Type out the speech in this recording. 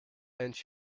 and